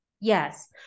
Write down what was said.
Yes